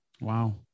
Wow